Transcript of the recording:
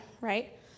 right